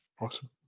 Awesome